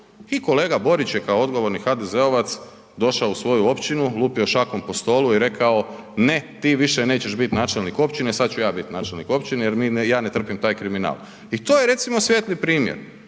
I kolega Borić je kao odgovorni HDZ-ovac došao u svoju općinu, lupio šakom po stolu i rekao, ne ti više nećeš bit načelnik općine, sad ću ja bit načelnik općine jer ja ne trpim taj kriminal. I to je recimo svijetli primjer.